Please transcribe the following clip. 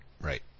right